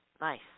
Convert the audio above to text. Nice